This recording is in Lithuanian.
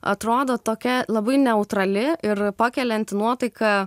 atrodo tokia labai neutrali ir pakelianti nuotaiką